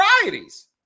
varieties